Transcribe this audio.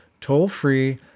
toll-free